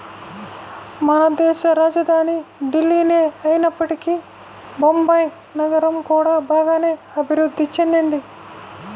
మనదేశ రాజధాని ఢిల్లీనే అయినప్పటికీ బొంబాయి నగరం కూడా బాగానే అభిరుద్ధి చెందింది